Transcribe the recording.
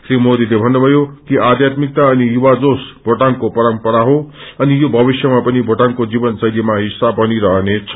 श्री मोदीले भन्नुभयो कि आध्यात्मिकता अनि युवा जोश भोटाङको परम्परा हो अनि यो भविष्यमा पनि भोटाङको जीवन शैलीको हिस्सा बनी रहनेछ